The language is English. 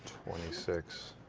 twenty six,